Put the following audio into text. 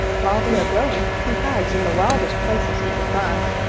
while they are growing, he hides in the wildest places he can find,